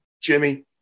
Jimmy